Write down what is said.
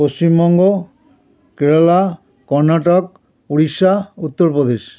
Paschimbanga Kerala Karnataka Orissa Uttar Pradesh